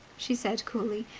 she said coldly.